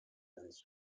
ganz